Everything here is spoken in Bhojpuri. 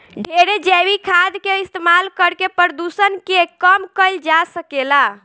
ढेरे जैविक खाद के इस्तमाल करके प्रदुषण के कम कईल जा सकेला